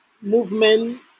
movement